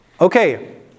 Okay